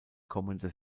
kommende